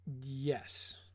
Yes